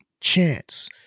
chance